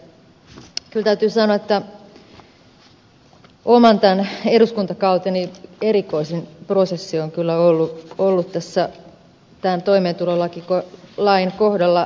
kyllä täytyy sanoa että oman eduskuntakauteni erikoisin prosessi on kyllä ollut tämän toimeentulotukilain kohdalla sosiaali ja terveysvaliokunnassa